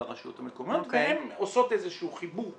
לרשויות המקומיות והן עושות איזשהו חיבור.